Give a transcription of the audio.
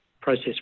process